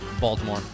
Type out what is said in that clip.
Baltimore